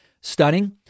stunning